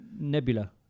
Nebula